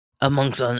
Amongst